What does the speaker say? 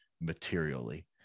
materially